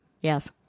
yes